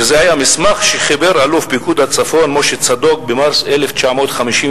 וזה היה מסמך שחיבר אלוף פיקוד הצפון משה צדוק במרס 1953: